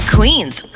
Queen's